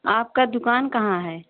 आपकी दुकान कहाँ है